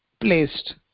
placed